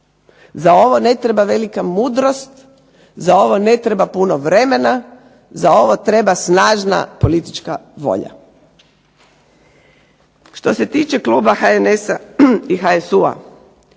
Za ovo ne treba velika mudrost, za ovo ne treba puno vremena, za ovo treba snažna politička volja. Što se tiče kluba HNS-a i HSU-a